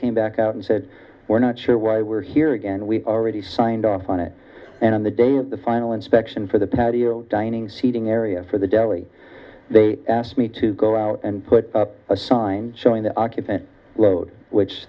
came back out and said we're not sure why we're here again we already signed off on it and on the day of the final inspection for the patio dining seating area for the deli they asked me to go out and put up a sign showing the occupant load which